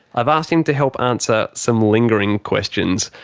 i've asked him to help answer some lingering questions.